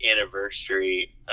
anniversary